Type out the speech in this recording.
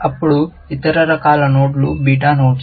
అప్పుడు ఇతర రకాల నోడ్లు బీటా నోడ్స్